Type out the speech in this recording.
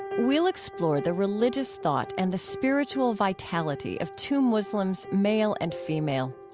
we'll explore the religious thoughts and the spiritual vitality of two muslims, male and female.